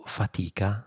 fatica